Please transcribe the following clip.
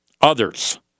others